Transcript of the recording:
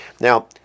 Now